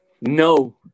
No